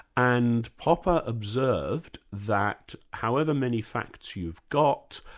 and popper observed that however many facts you've got,